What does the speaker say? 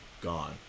Gone